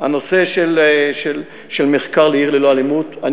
הנושא של מחקר על "עיר ללא אלימות" אני